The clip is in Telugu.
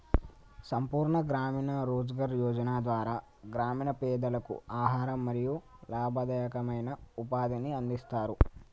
సంపూర్ణ గ్రామీణ రోజ్గార్ యోజన ద్వారా గ్రామీణ పేదలకు ఆహారం మరియు లాభదాయకమైన ఉపాధిని అందిస్తరు